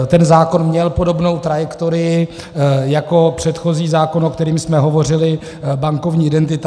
Ten zákon měl podobnou trajektorii jako předchozí zákon, o kterém jsme hovořili bankovní identita.